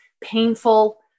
painful